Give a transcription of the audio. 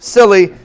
Silly